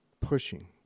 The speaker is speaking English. pushing